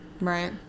Right